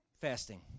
Fasting